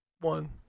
one